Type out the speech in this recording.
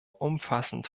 umfassend